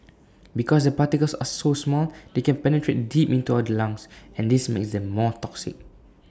because the particles are so small they can penetrate deep into all the lungs and this makes them more toxic